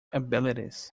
abilities